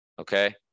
Okay